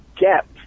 depth